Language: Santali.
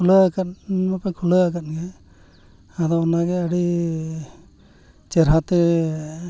ᱠᱷᱩᱞᱟᱹᱣ ᱟᱠᱟᱫ ᱢᱟᱯᱮ ᱠᱷᱩᱞᱟᱹᱣ ᱟᱠᱟᱫ ᱜᱮ ᱟᱫᱚ ᱚᱱᱟᱜᱮ ᱟᱹᱰᱤ ᱪᱮᱦᱨᱟ ᱛᱮ